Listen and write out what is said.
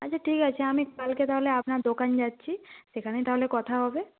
আচ্ছা ঠিক আছে আমি কালকে তাহলে আপনার দোকান যাচ্ছি সেখানেই তাহলে কথা হবে